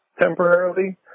temporarily